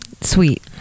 sweet